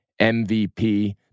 MVP